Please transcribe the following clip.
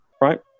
right